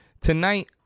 Tonight